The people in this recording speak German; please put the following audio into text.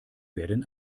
werden